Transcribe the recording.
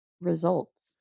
results